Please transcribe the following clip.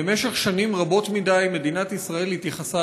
במשך שנים רבות מדי מדינת ישראל התייחסה